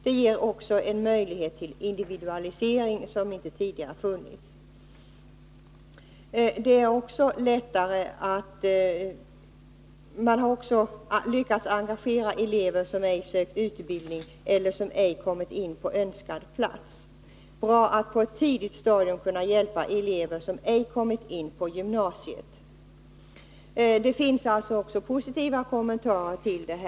Det ger också möjlighet till en individualisering som inte tidigare funnits.” Man har också lyckats engagera elever som ej sökt utbildning eller som ej kommit in på önskad plats. Det är bra att på ett tidigt stadium kunna hjälpa elever som ej kommit in på gymnasiet. Det finns alltså också positiva kommentarer till detta.